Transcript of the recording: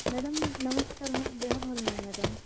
madam ନମସ୍କାର ମୋ ଦେହ ଭଲ ନାହିଁ ମ୍ୟାଡ଼ାମ୍